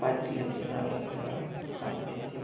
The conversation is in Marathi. पाच जिल्ह्यांची नावे आपल्याला सांगता येतील